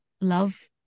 love